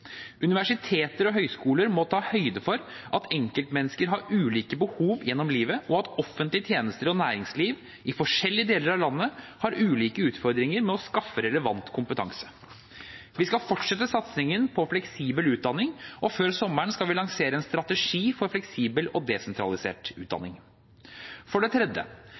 Universiteter og høyskoler må ta høyde for at enkeltmennesker har ulike behov gjennom livet, og at offentlige tjenester og næringsliv i forskjellige deler av landet har ulike utfordringer med å skaffe relevant kompetanse. Vi skal fortsette satsingen på fleksibel utdanning, og før sommeren skal vi lansere en strategi for fleksibel og desentralisert utdanning. For det tredje: